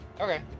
Okay